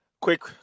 Quick